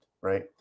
right